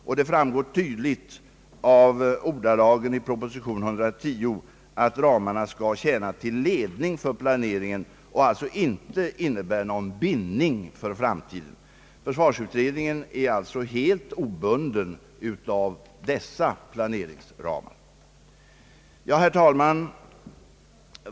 Vi har sedan länge en egen flygplansproduktion, men det är knappast möjligt för oss med vår självständiga, neutrala hållning att samarbeta med särskilt många länder i fråga om utvecklingen av våra stridsflygplan. Herr talman!